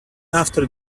after